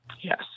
Yes